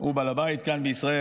הוא בעל הבית כאן בישראל.